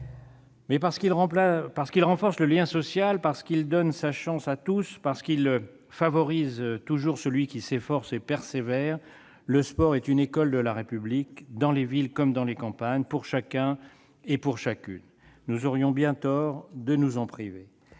parce qu'il renforce le lien social, parce qu'il donne sa chance à tous, parce qu'il favorise toujours celui qui s'efforce et persévère, le sport est une école de la République, dans les villes comme dans les campagnes, pour chacun et pour chacune. Nous aurions bien tort de nous en priver.